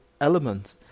element